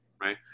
right